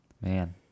Man